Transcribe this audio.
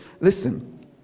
Listen